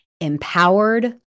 empowered